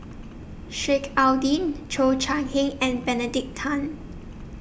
Sheik Alau'ddin Cheo Chai Hiang and Benedict Tan